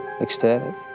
ecstatic